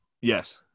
Yes